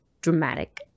dramatic